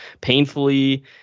painfully